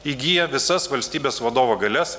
įgyja visas valstybės vadovo galias